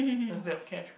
instead of cash